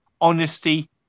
honesty